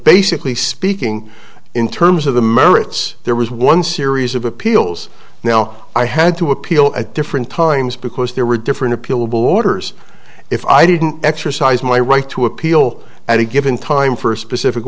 basically speaking in terms of the merits there was one series of appeals now i had to appeal at different times because there were different appealable orders if i didn't exercise my right to appeal at a given time for a specific